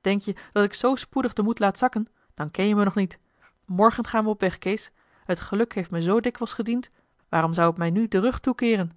denk je dat ik zoo spoedig den moed laat zakken dan ken je me nog niet morgen gaan we op weg kees t geluk heeft me zoo dikwijls gediend waarom zou het mij nu den rug toekeeren